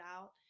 out